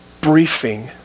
briefing